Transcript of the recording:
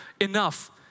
enough